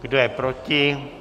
Kdo je proti?